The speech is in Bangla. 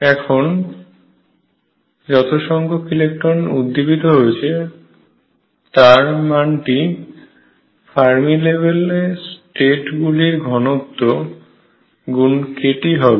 এখন যতসংখ্যক ইলেকট্রন উদ্দীপিত হয়েছে তার মান টি ফার্মি লেভেলে স্টেট গুলির ঘনত্ব গুন kT হবে